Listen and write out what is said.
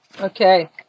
Okay